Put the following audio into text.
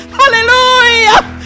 hallelujah